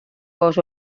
gos